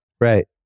Right